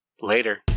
later